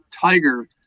Tiger